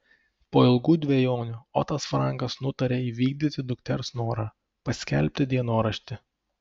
po ilgų dvejonių otas frankas nutarė įvykdyti dukters norą paskelbti dienoraštį